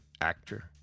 actor